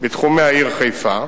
בתחומי העיר חיפה,